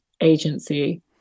agency